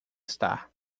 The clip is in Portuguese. estar